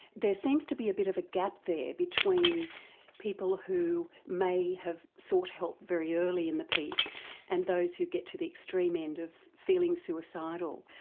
there seems to be a bit of a gap there between people who may have sought help very early in the piece and those who get to the extreme end of feeling suicidal.